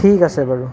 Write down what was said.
ঠিক আছে বাৰু